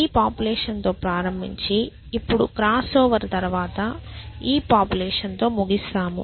ఈ పాపులేషన్ తో ప్రారంబించి ఇప్పుడు క్రాస్ఓవర్ తరువాత ఈ పాపులేషన్ తో ముగిస్తాము